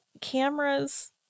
cameras